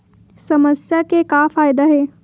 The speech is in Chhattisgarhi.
समस्या के का फ़ायदा हे?